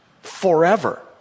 forever